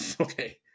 Okay